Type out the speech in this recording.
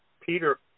Peter